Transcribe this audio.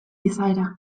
izaera